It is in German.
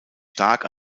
stark